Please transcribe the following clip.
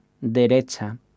derecha